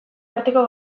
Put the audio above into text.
arteko